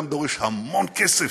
גם זה דורש המון כסף,